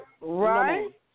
right